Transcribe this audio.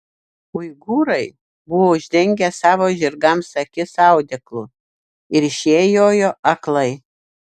uigūrai buvo uždengę savo žirgams akis audeklu ir šie jojo aklai